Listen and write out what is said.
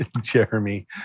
Jeremy